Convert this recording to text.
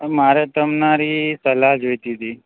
મારે તમારી સલાહ જોઈતી હતી